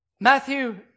Matthew